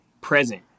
present